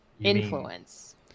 Influence